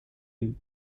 and